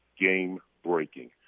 game-breaking